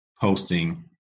posting